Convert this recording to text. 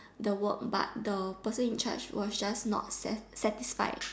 the work but the person in charge but just not sat~ satisfied